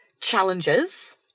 challenges